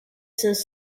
since